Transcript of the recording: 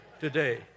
today